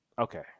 Okay